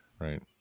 right